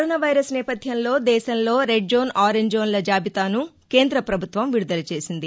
corona virus నేపథ్యంలో దేశంలో red zone orange జోన్ల జాబితాను కేంద ప్రభుత్వం విడుదల చేసింది